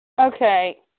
Okay